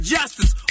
Justice